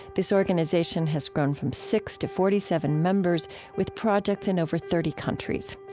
this organization has grown from six to forty seven members with projects in over thirty countries.